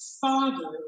Father